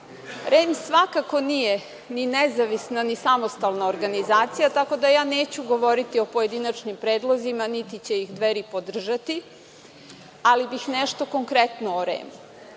REM svakako nije ni nezavisna ni samostalna organizacija, tako da ja neću govoriti o pojedinačnim predlozima, niti će ih Dveri podržati, ali bih nešto konkretno o REM.Naše